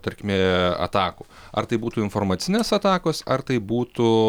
tarkime atakų ar tai būtų informacinės atakos ar tai būtų